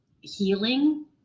healing